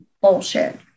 bullshit